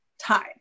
time